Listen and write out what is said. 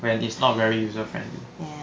where is not very user friendly